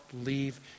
leave